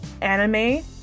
anime